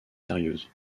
sérieuse